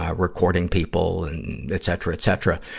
ah recording people and etc, etc.